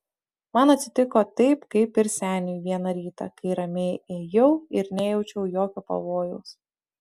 man atsitiko taip kaip ir seniui vieną rytą kai ramiai ėjau ir nejaučiau jokio pavojaus